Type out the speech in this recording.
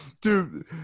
Dude